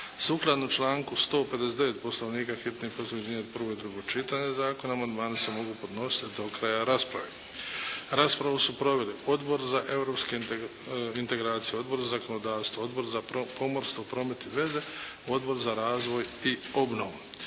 Sukladno članku 159. Poslovnika hitni postupak objedinjuje prvo i drugo čitanje zakona. Amandmani se mogu podnositi do kraja rasprave. Raspravu su proveli Odbor za europske integracije, Odbor za zakonodavstvo, Odbor za pomorstvo, promet i veze, Odbor za razvoj i obnovu.